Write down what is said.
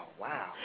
Wow